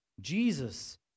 Jesus